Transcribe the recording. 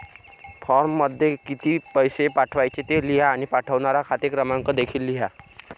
फॉर्ममध्ये किती पैसे पाठवायचे ते लिहा आणि पाठवणारा खाते क्रमांक देखील लिहा